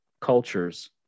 cultures